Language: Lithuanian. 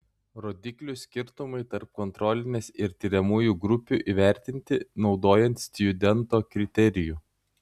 rodiklių skirtumai tarp kontrolinės ir tiriamųjų grupių įvertinti naudojant stjudento kriterijų